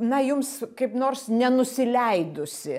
na jums kaip nors nenusileidusi